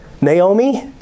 Naomi